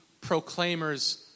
proclaimers